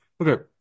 okay